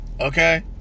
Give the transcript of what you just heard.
okay